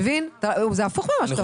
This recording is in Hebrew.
זה הפוך למה שאתה